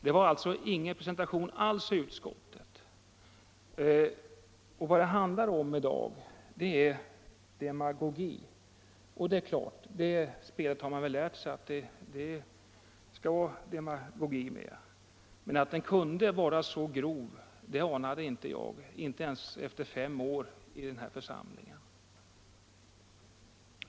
Det förekom alltså ingen presentation alls i utskottet av reservanternas förslag. Vad det handlar om i dag är demagogi. Man har ju lärt sig att det skall vira demagogi med i spe.et, men att den demagogin kunde bli så grov anade jag inte, inte ens efter fem år i denna församling.